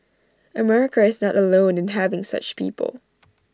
America is not alone in having such people